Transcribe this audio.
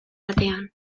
batean